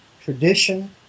tradition